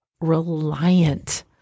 reliant